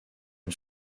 une